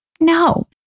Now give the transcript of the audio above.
No